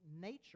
nature